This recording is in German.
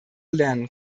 lernen